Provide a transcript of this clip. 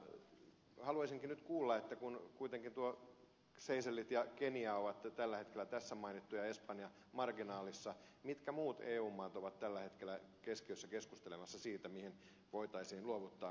haluaisinkin nyt kuulla kun kuitenkin seychellit ja kenia on tällä hetkellä tässä mainittu ja espanja marginaalissa mitkä muut eu maat ovat tällä hetkellä keskiössä keskustelemassa siitä mihin voitaisiin luovuttaa